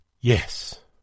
Yes